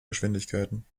geschwindigkeiten